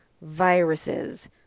viruses